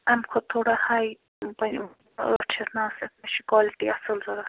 تَمہِ کھۄتہٕ تھوڑا ہاے بَنہِ ٲٹھ شیٚتھ نَو شیٚتھ اَسہِ چھِ کالٹی اَصٕل ضروٗرت